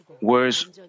words